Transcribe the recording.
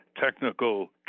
technical